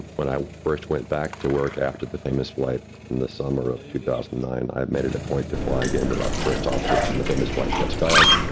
when i first went back to work after the famous flight in the summer of two thousand and nine, i made it a point to fly again with our first officer from the famous flight jeff skiles.